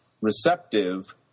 receptive